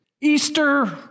Easter